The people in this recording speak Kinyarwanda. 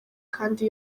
kandi